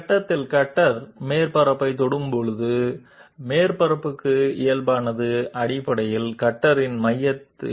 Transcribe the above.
కాబట్టి ఇది కట్టర్ ఈ సమయంలో కట్టర్ ఉపరితలాన్ని తాకినప్పుడు నార్మల్ సర్ఫేస్ తప్పనిసరిగా కట్టర్ మధ్యలో ఉంటుంది